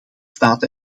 staat